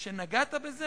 ונגעת בזה,